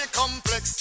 complex